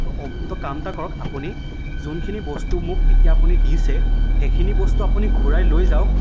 তো অব তো কাম এটা কৰক আপুনি যোনখিনি বস্তু মোক এতিয়া আপুনি দিছে সেইখিনি বস্তু আপুনি ঘুৰাই লৈ যাওক